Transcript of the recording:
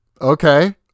okay